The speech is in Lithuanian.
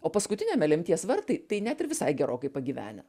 o paskutiniame lemties vartai tai net ir visai gerokai pagyvenę